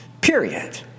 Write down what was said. period